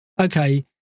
okay